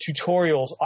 tutorials